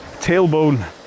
tailbone